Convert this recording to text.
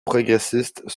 progressistes